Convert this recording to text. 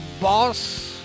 Boss